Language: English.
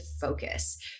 focus